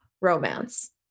romance